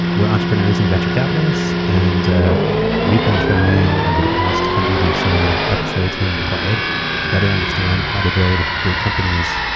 we're entrepreneurs and venture capitalists and we've been trying over the past hundred or so episodes here on acquired to better understand how to build great companies,